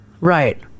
Right